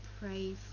pray